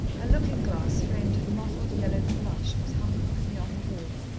a looking-glass framed in mottled yellow plush was hung crookedly on the wall,